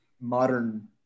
modern